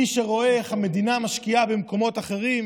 מי שרואה איך המדינה משקיעה במקומות אחרים,